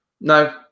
no